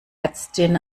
ärztin